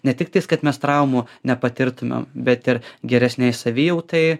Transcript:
ne tik tais kad mes traumų nepatirtumėm bet ir geresnei savijautai